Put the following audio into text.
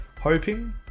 hoping